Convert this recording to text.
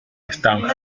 stanford